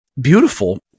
beautiful